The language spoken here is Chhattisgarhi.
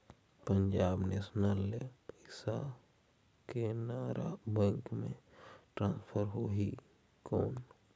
पंजाब नेशनल ले पइसा केनेरा बैंक मे ट्रांसफर होहि कौन?